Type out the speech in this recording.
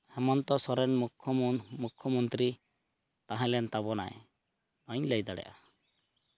ᱦᱮᱢᱚᱱᱛᱚ ᱥᱚᱨᱮᱱ ᱢᱩᱠᱠᱷᱚᱢᱚᱱᱛᱨᱤ ᱛᱟᱦᱮᱸ ᱞᱮᱱ ᱛᱟᱵᱚᱱᱟᱭ ᱚᱱᱟᱜᱤᱧ ᱞᱟᱹᱭ ᱫᱟᱲᱮᱭᱟᱜᱼᱟ